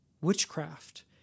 witchcraft